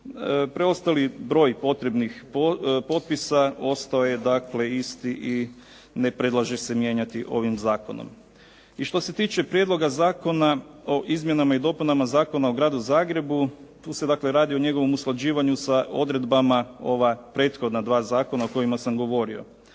Preostali broj potrebnih potpisa ostao je dakle isti i ne predlaže se mijenjati ovim zakonom. I što se tiče Prijedloga zakona o Izmjenama i dopunama Zakona o Gradu Zagrebu, tu se dakle radi o njegovom usklađivanju sa odredbama ova prethodna dva zakona o kojima sam govorio.